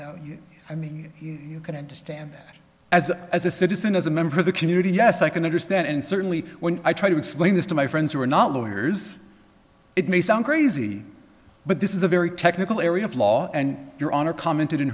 you i mean you can understand that as as a citizen as a member of the community yes i can understand and certainly when i try to explain this to my friends who are not lawyers it may sound crazy but this is a very technical area of law and your honor commented in